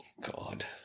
God